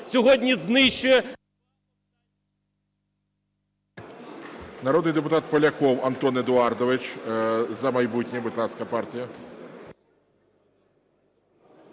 Народний депутат Поляков Антон Едуардович, "За майбутнє", будь ласка, партія.